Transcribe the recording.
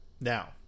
Now